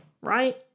right